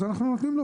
אז אנחנו נותנים לו